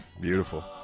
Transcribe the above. Beautiful